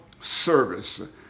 service